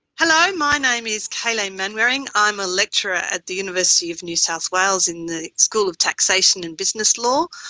hello, my name is kayleen manwaring, i'm a lecturer at the university of new south wales in the school of taxation and business law,